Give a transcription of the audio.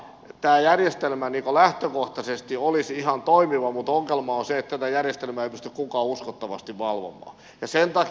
tämä järjestelmä lähtökohtaisesti olisi ihan toimiva mutta ongelma on se että tätä järjestelmää ei pysty kukaan uskottavasti valvomaan